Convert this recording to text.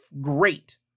great